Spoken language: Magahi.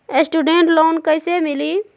स्टूडेंट लोन कैसे मिली?